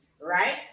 right